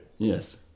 yes